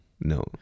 no